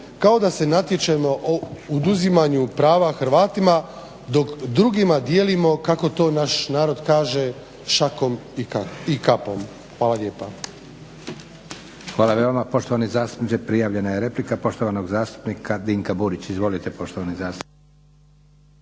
kao da se natječemo u oduzimanju prava Hrvatima dok drugima dijelimo kako to naš narod kaže šakom i kapom. Hvala lijepa. **Leko, Josip (SDP)** Hvala i vama poštovani zastupniče. Prijavljena je replika poštovanog zastupnika Dinka Burića. Izvolite poštovani zastupniče.